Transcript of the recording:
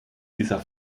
dieser